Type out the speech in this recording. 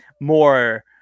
more